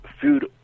food